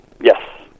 yes